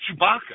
Chewbacca